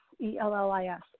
E-L-L-I-S